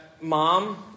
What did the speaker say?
mom